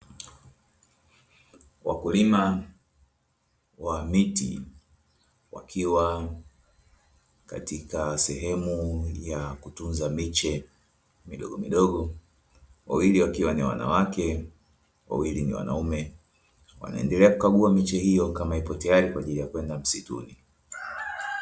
Wakulima wa miti wakiwa katika sehemu ya kutunza miche midogomidogo wawili wakiwa ni wanawake wawili ni wanaume wanaendelea kukagua miche hiyo kama ipo tayari kwa ajili ya kwenda misituni.